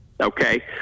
okay